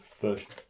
version